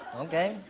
okay.